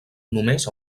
només